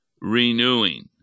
renewing